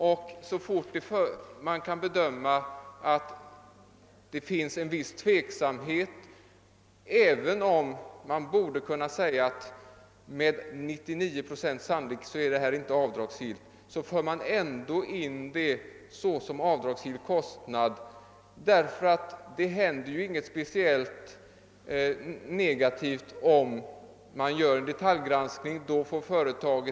även om man med 99-procentig sannolikhet kan säga att en kostnad inte är avdragsgill för man ändå in den som sådan, om det föreligger den minsta tveksamhet. Det händer nämligen inget negativt, om en detaljgranskning sedan företas.